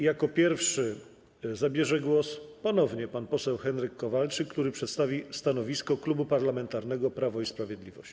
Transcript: Jako pierwszy zabierze głos ponownie pan poseł Henryk Kowalczyk, który przedstawi stanowisko Klubu Parlamentarnego Prawo i Sprawiedliwość.